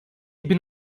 bin